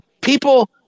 people